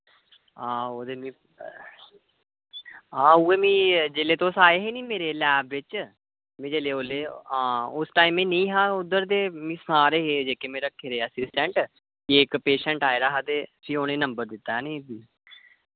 आं ओह् ते आं भी ओह् जेल्लै तुस आए हे नी मेरी लैब च में जेल्लै ओल्लै आं टाईम हैनी हा उद्धर ते आए दे हे में जेह्के रक्खे दे असीस्टेंट कि इक्क पेशैंट आए दा हा ते फ्ही उनें नंबर दित्ता ऐ नी